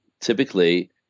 typically